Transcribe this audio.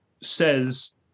says